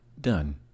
done